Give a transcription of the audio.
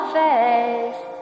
face